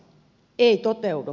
ei toteudu